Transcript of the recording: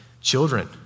Children